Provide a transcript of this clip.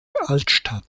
altstadt